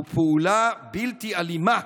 הוא פעולה בלתי אלימה,